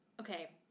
okay